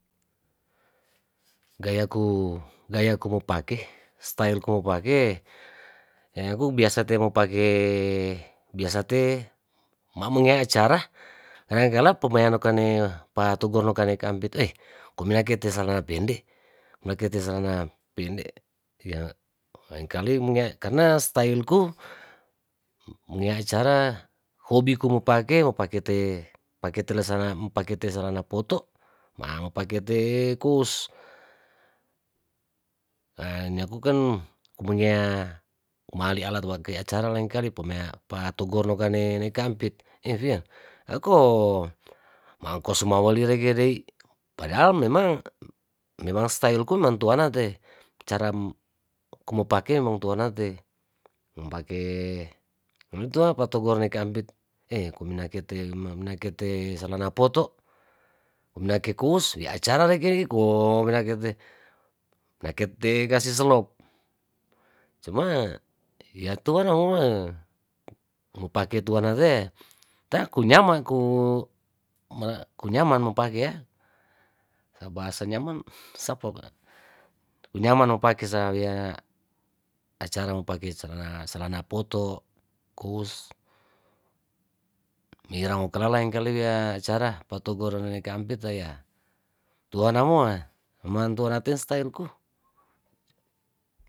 Gayaku gayaku mopake stailku mopake eyaku biasa te mopake biasa te ma' mengea acara kadangkala pamean no kane patugu nokane kampit oyy komenakete salana pende' komeakete salana pende' iya lengkali mengea karna stailku ngea acara hobiku mopake mopake te pake telasana mo pake te salana poto' ma mo pake te' kous ahh niaku kan mengea mali alatu tuangke acara lengkali pomea patogoro ne nekampit ee via angko sumaweli regedei padahal memang memang stailku memang tuana te caraku mopake memang tuana tei mompake matua patogor ne kampit ee kominakete kominakete salana poto' minake kous wi acara rekei ko winakete wakwte kasi selop cuma yatua nouma mopake tuanate ta' kunya maku mara makuya manu pakea sa bahasanya mang sapa kwa kunyamano pakesanawea acara mopake salana poto' kous ira mokala lengkali dia acara potogorone kampit teia toanamoa meman tuanate stail ku.